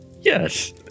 Yes